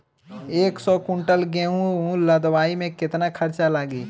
एक सौ कुंटल गेहूं लदवाई में केतना खर्चा लागी?